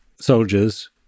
soldiers